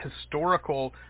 historical